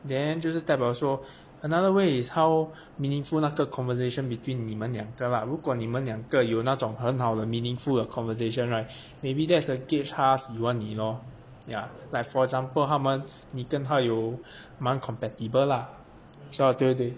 then 就是代表说 another way is how meaningful 那个 conversation between 你们两个啦如果你们两个有那种很好的 meaningful conversation right maybe there's a gauge 她喜欢你 lor ya like for example 他们你跟她有满 compatible lah 说的对不对